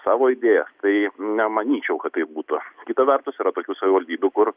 savo idėjas tai nemanyčiau kad taip būtų kita vertus yra tokių savivaldybių kur